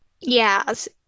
Yes